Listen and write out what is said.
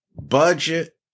budget